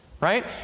right